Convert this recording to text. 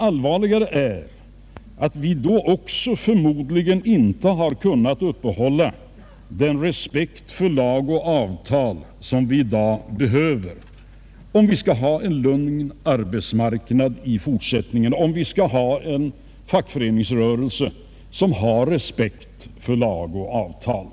Allvarligare är att vi, om momsen hade införts tidigare, förmodligen inte hade kunnat upprätthålla den respekt för lag och avtal som vi i dag behöver om vi skall ha en lugn arbetsmarknad i fortsättningen och om vi skall ha en fackföreningsrörelse som har respekt för lag och avtal.